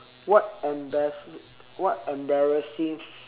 what embarrass what embarrassing